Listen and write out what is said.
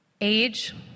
Age